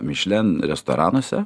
mišlen restoranuose